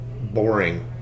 boring